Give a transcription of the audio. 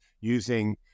using